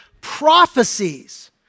prophecies